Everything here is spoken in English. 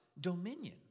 dominion